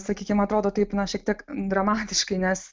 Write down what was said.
sakykim atrodo taip na šiek tiek dramatiškai nes